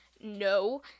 No